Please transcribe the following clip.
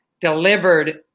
delivered